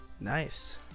Nice